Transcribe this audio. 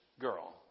girl